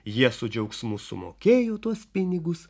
jie su džiaugsmu sumokėjo tuos pinigus